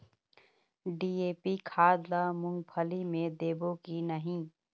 DAP खाद ला मुंगफली मे देबो की नहीं?